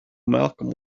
malcolm